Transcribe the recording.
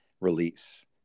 release